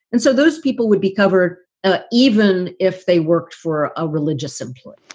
and so those people would be covered ah even if they worked for a religious employer